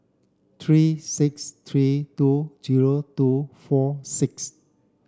three six three two zero two four six